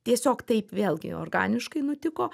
tiesiog taip vėlgi organiškai nutiko